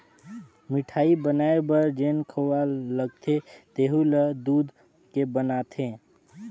मिठाई बनाये बर जेन खोवा लगथे तेहु ल दूद के बनाथे